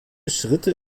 schritte